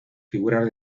figuras